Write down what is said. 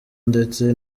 ndetse